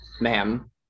ma'am